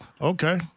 Okay